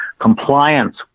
Compliance